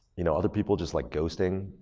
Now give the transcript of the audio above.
you know, other people just like ghosting.